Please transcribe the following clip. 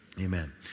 Amen